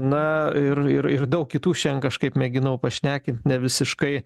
na ir ir ir daug kitų šiandien kažkaip mėginau pašnekint nevisiškai